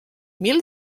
mil